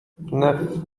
neuf